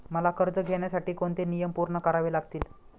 मला कर्ज घेण्यासाठी कोणते नियम पूर्ण करावे लागतील?